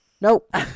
Nope